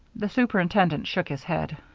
the superintendent shook his head.